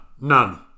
None